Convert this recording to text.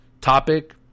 topic